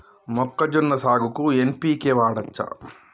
మొక్కజొన్న సాగుకు ఎన్.పి.కే వాడచ్చా?